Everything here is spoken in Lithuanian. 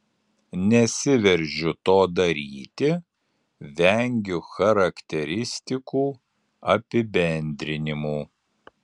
nesiveržiu to daryti vengiu charakteristikų apibendrinimų